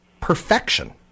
Perfection